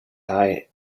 high